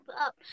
up